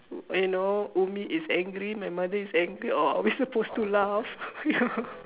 you know ummi is angry my mother is angry or are we supposed to laugh